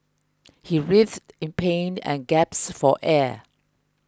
he writhed in pain and gasped for air